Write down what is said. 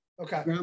Okay